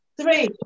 three